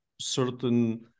certain